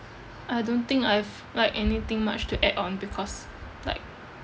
I don't think I have like anything much to add on because like